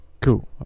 Cool